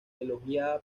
elogiada